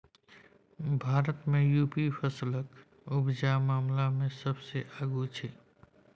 भारत मे युपी फसलक उपजा मामला मे सबसँ आगु छै